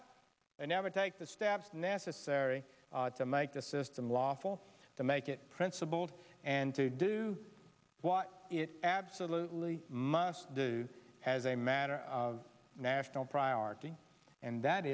and never take the steps necessary to make the system lawful to make it principled and to do what it absolutely must do as a matter of national priority and that